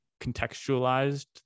contextualized